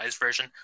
version